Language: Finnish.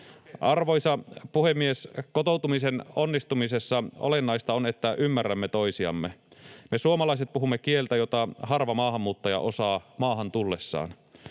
Arvoisa puhemies! Kotoutumisen onnistumisessa olennaista on, että ymmärrämme toisiamme. Me suomalaiset puhumme kieltä, jota harva maahanmuuttaja osaa maahan tullessaan.